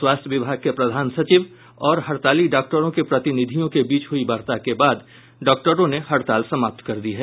स्वास्थ्य विभाग के प्रधान सचिव और हड़ताली डॉक्टरों के प्रतिनिधियों के बीच हुयी वार्ता के बाद डॉक्टरों ने हड़ताल समाप्त कर दी है